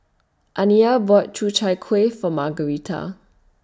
Aniyah bought Chu Chai Kuih For Margaretta